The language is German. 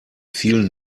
vielen